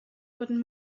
wurden